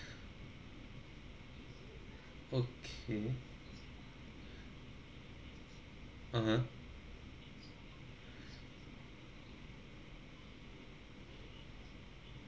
okay (uh huh)